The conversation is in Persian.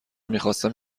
میخواستم